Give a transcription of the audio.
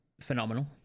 phenomenal